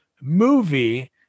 movie